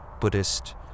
buddhist